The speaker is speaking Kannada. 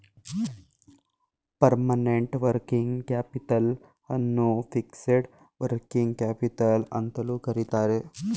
ಪರ್ಮನೆಂಟ್ ವರ್ಕಿಂಗ್ ಕ್ಯಾಪಿತಲ್ ಅನ್ನು ಫಿಕ್ಸೆಡ್ ವರ್ಕಿಂಗ್ ಕ್ಯಾಪಿಟಲ್ ಅಂತಲೂ ಕರಿತರೆ